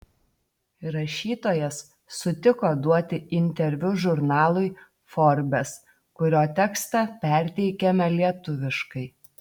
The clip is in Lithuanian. rašytojas sutiko duoti interviu žurnalui forbes kurio tekstą perteikiame lietuviškai